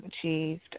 achieved